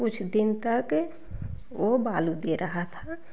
कुछ दिन तक वह बालू दे रहा था